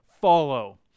follow